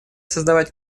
создавать